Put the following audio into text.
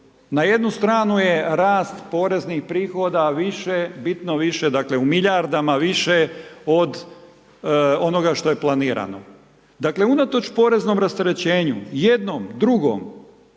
Na jednu stranu je rast poreznih prihoda više, bitno više dakle u milijardama više od onoga što je planirano. Dakle unatoč poreznog rasterećenju, jednom, drugom,